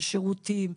של שירותים,